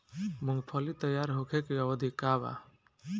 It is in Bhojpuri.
मूँगफली तैयार होखे के अवधि का वा?